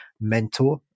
mentor